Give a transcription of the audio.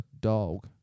dog